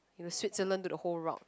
in the switzerland to the whole route